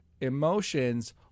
emotions